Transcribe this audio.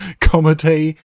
comedy